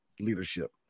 leadership